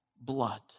blood